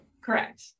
Correct